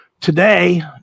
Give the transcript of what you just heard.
today